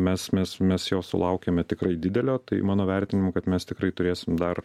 mes mes mes jo sulaukiame tikrai didelio tai mano vertinimu kad mes tikrai turėsim dar